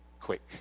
quick